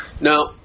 Now